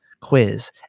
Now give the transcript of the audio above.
quiz